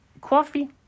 coffee